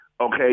okay